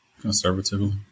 Conservatively